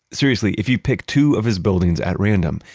seriously, if you pick two of his buildings at random,